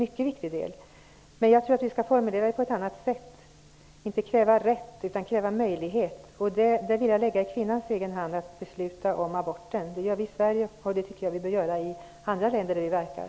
Men formuleringen borde ha varit annorlunda. Vi skall inte kräva rätt, utan vi skall kräva möjlighet. Jag vill att kvinnan på egen hand skall besluta om abort. Så är det i Sverige och det bör vi också arbeta för i de länder där vi verkar.